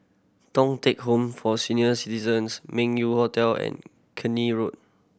Thong Teck Home for Senior Citizens Meng Yew Hotel and Keene Road